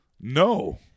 no